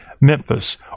Memphis